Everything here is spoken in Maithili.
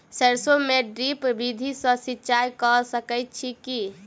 सैरसो मे ड्रिप विधि सँ सिंचाई कऽ सकैत छी की?